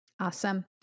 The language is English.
Awesome